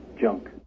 junk